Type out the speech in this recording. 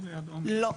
לא.